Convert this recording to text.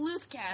bluthcast